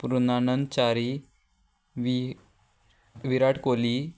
पुर्णानंद च्यारी वि विराट कोहली